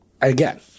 again